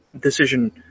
decision